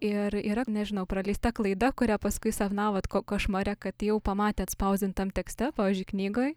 ir yra nežinau praleista klaida kurią paskui sapnavot ko košmare kad jau pamatėt spausdintam tekste pavyzdžiui knygoj